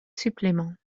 suppléments